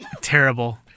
Terrible